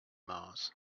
mars